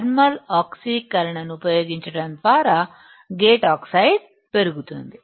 thermal ఆక్సీకరణను ఉపయోగించడం ద్వారా గేట్ ఆక్సైడ్ పెరుగుతుంది